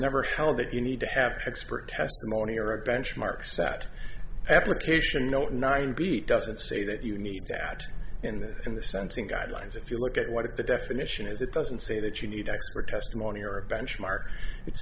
never held that you need to have expert testimony or a benchmark set application note nine b doesn't say that you need that in this in the sense in guidelines if you look at what the definition is it doesn't say that you need expert testimony or benchmark it